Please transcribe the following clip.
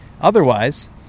otherwise